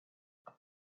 you